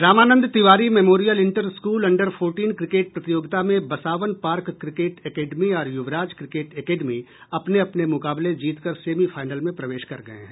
Ramanand Tiwari memorial inter school under fourteen cricket प्रतियोगिता में Basawan park cricket academy और युवराज क्रिकेट एकेडमी अपने अपने मुकाबले जीत कर सेमीफाइनल में प्रवेश कर गये हैं